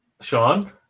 Sean